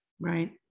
right